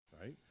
right